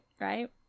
right